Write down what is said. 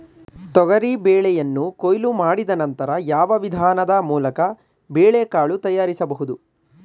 ತೊಗರಿ ಬೇಳೆಯನ್ನು ಕೊಯ್ಲು ಮಾಡಿದ ನಂತರ ಯಾವ ವಿಧಾನದ ಮೂಲಕ ಬೇಳೆಕಾಳು ತಯಾರಿಸಬಹುದು?